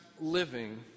Living